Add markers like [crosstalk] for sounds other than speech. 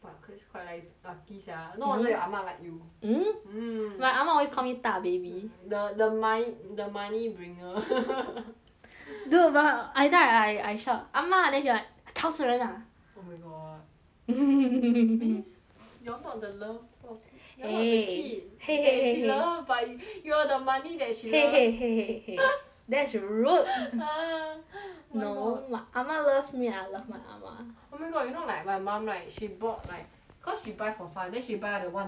!wah! kris quite like lucky sia mm no wonder your 阿嬷 like you mm mm my 阿嬷 always call me 大 baby th~ the money bringer [laughs] dude but I I then I I shout 阿嬷 then she like 吵死人 lah oh my god [laughs] mmhmm it means you're not the love of eh you're not the kid !hey! !hey! !hey! that she love but you're the money that she love !hey! !hey! !hey! !hey! [laughs] that's rude a'hh oh my god no 阿嬷 loves me and I love my 阿嬷 oh my god you know like my mom right she bought like cause she buy for fun then she buy the one dollar [laughs]